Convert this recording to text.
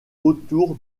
autour